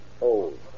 old